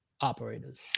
operators